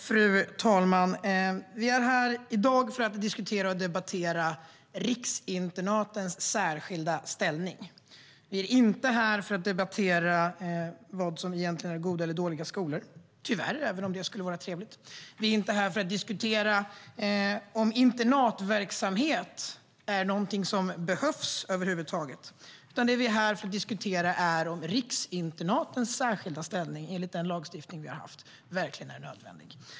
Fru talman! Vi är här i dag för att diskutera och debattera riksinternatens särskilda ställning. Vi är inte här för att debattera vad som egentligen är goda eller dåliga skolor - tyvärr, även om det skulle vara trevligt. Vi är inte här för att diskutera om internatverksamhet är något som över huvud taget behövs, utan vi är här för att diskutera om riksinternatens särskilda ställning enligt den lagstiftning vi har haft verkligen är nödvändig.